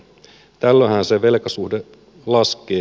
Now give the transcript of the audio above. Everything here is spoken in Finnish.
tällöinhän se velkasuhde laskee